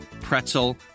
pretzel